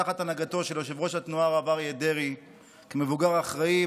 תחת הנהגתו של יושב-ראש התנועה הרב אריה דרעי כמבוגר האחראי,